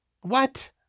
What